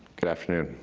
good afternoon.